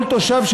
כל תושב,